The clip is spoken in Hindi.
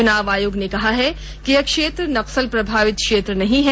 चुनाव आयोग ने कहा है कि यह क्षेत्र नक्सल प्रभावित क्षेत्र नहीं है